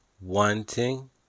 wanting